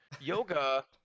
yoga